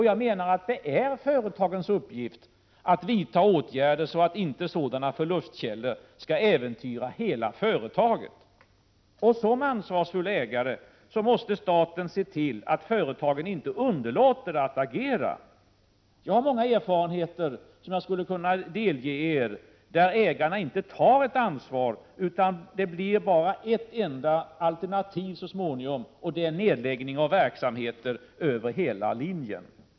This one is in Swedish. Jag menar att det är företagens uppgift att vidta åtgärder för att sådana förlustkällor inte skall äventyra hela företaget. Staten måste som ansvarsfull ägare se till att företagen inte underlåter att agera. Jag har många erfarenheter som jag skulle kunna delge er av fall där ägarna inte tar ett ansvar och där det så småningom bara återstår ett enda alternativ, och det är nedläggning av verksamheter över hela linjen.